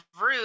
rude